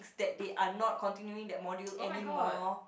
that they are not continuing that module anymore